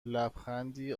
لبخندی